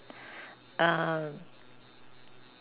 uh